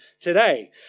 today